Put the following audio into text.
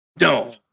No